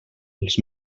els